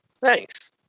thanks